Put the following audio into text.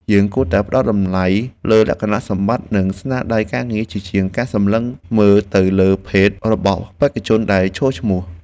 យើងគួរតែផ្តល់តម្លៃលើលក្ខណៈសម្បត្តិ និងស្នាដៃការងារជាជាងការសម្លឹងមើលទៅលើភេទរបស់បេក្ខជនដែលឈរឈ្មោះ។